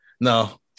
no